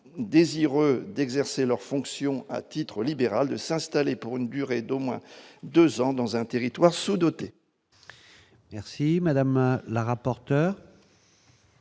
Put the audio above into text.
désireux d'exercer leurs fonctions à titre libéral de s'installer pour une durée d'au moins 2 ans dans un territoire sous-dotées.